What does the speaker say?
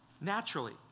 naturally